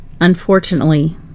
Unfortunately